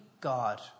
God